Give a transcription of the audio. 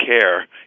care